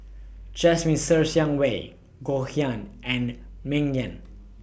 Jasmine Ser Xiang Wei Goh Yihan and Ming Yen